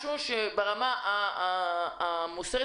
בנושא האכיפה.